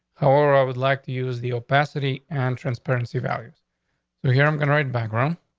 how are i would like to use the opacity and transparency values you hear? i'm gonna write background.